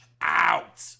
out